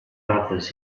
others